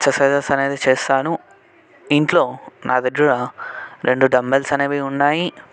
exercises అనేది చేస్తాను ఇంట్లో నా దగ్గర రెండు డంబెల్స్ అనేవి ఉన్నాయి